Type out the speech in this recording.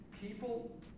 people